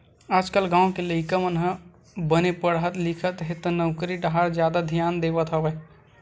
आजकाल गाँव के लइका मन ह बने पड़हत लिखत हे त नउकरी डाहर जादा धियान देवत हवय